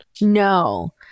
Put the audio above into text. no